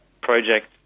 project